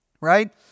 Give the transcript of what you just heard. Right